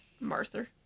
Martha